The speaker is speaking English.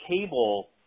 cable